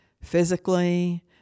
physically